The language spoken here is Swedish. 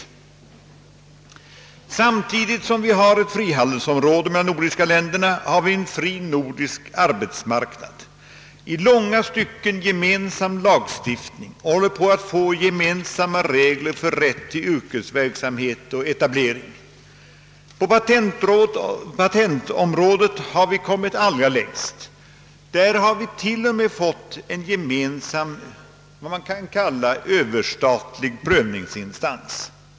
Förutom att de nordiska länderna utgör ett frihandelsområde finns också en fri nordisk arbetsmarknad, i långa stycken gemensam lagstiftning, och vi håller också på att få gemensamma regler för rätt till yrkesverksamhet och etablering. På patentområdet har vi kommit allra längst. Där har vi t.o.m. fått vad man kan kalla en gemensam Överstatlig pröv ningsinstans.